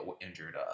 injured